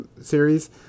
series